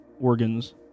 organs